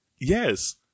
Yes